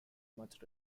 much